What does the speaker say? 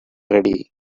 ready